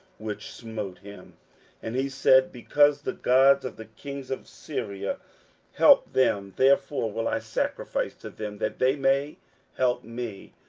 which smote him and he said, because the gods of the kings of syria help them, therefore will i sacrifice to them, that they may help me.